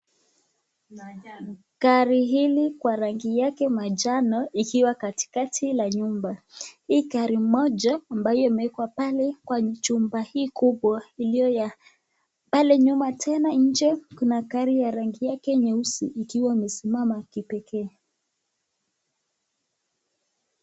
Gari hili kwa rangi yake manjano ikiwa katikati la nyumba. Hii gari moja ambayo imewekwa pale kwa jumba hii kubwa iliyo ya. Pale nyuma tena nje kuna gari ya rangi yake nyeusi ikiwa imesimama kipekee.